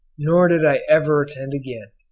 nor did i ever attend again,